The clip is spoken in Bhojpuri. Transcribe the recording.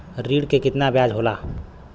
ऋण के कितना ब्याज होला?